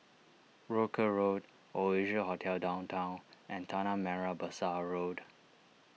Rochor Road Oasia Hotel Downtown and Tanah Merah Besar Road